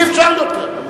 אי-אפשר יותר.